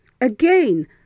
Again